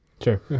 Sure